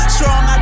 Strong